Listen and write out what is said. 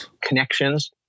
connections